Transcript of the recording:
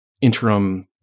interim